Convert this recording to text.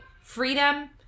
Freedom